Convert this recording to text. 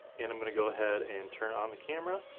and i'm gonna go ahead and turn on the camera,